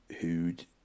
who'd